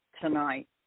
tonight